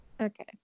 Okay